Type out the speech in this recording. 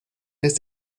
des